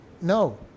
no